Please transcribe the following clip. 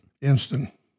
Instant